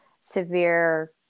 severe